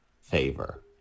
favor